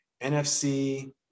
NFC